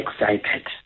excited